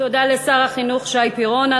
תודה לשר החינוך שי פירון.